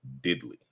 diddly